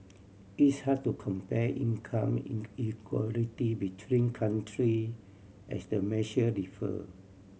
it's hard to compare income inequality between country as the measure differ